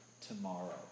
tomorrow